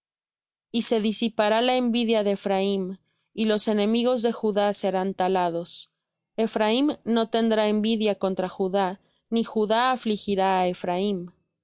y se disipará la envidia de ephraim y los enemigos de judá serán talados ephraim no tendrá envidia contra judá ni judá afligirá